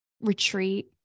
retreat